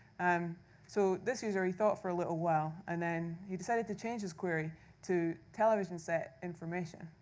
um so this user, he thought for a little while, and then he decided to change his query to, television set information.